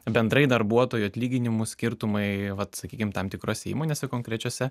bendrai darbuotojų atlyginimų skirtumai vat sakykim tam tikrose įmonėse konkrečiose